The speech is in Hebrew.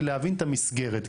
זה להבין את המסגרת.